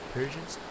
Persians